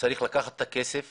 צריך לקחת את הכסף,